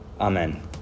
Amen